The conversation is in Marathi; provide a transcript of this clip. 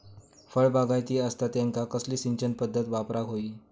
फळबागायती असता त्यांका कसली सिंचन पदधत वापराक होई?